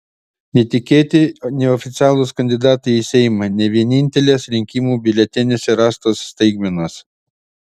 netikėti neoficialūs kandidatai į seimą ne vienintelės rinkimų biuleteniuose rastos staigmenos